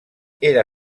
era